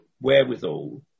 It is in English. wherewithal